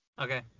Okay